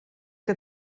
que